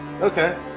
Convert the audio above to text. Okay